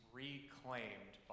reclaimed